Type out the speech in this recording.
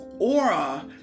aura